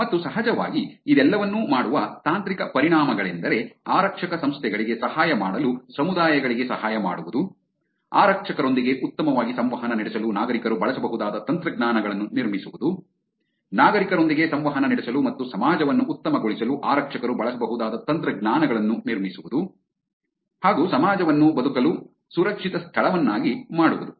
ಮತ್ತು ಸಹಜವಾಗಿ ಇದೆಲ್ಲವನ್ನೂ ಮಾಡುವ ತಾಂತ್ರಿಕ ಪರಿಣಾಮಗಳೆಂದರೆ ಆರಕ್ಷಕ ಸಂಸ್ಥೆಗಳಿಗೆ ಸಹಾಯ ಮಾಡಲು ಸಮುದಾಯಗಳಿಗೆ ಸಹಾಯ ಮಾಡುವುದು ಆರಕ್ಷಕರೊಂದಿಗೆ ಉತ್ತಮವಾಗಿ ಸಂವಹನ ನಡೆಸಲು ನಾಗರಿಕರು ಬಳಸಬಹುದಾದ ತಂತ್ರಜ್ಞಾನಗಳನ್ನು ನಿರ್ಮಿಸುವುದು ನಾಗರಿಕರೊಂದಿಗೆ ಸಂವಹನ ನಡೆಸಲು ಮತ್ತು ಸಮಾಜವನ್ನು ಉತ್ತಮಗೊಳಿಸಲು ಆರಕ್ಷಕರು ಬಳಸಬಹುದಾದ ತಂತ್ರಜ್ಞಾನಗಳನ್ನು ನಿರ್ಮಿಸುವುದು ಹಾಗು ಸಮಾಜವನ್ನು ಬದುಕಲು ಸುರಕ್ಷಿತ ಸ್ಥಳವನ್ನಾಗಿ ಮಾಡುವುದು